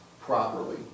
properly